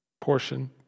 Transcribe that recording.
portion